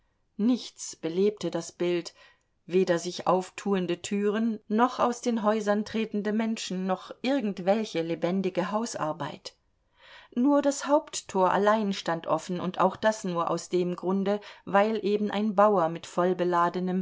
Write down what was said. nichts belebte das bild weder sich auftuende türen noch aus den häusern tretende menschen noch irgendwelche lebendige hausarbeit nur das haupttor allein stand offen und auch das nur aus dem grunde weil eben ein bauer mit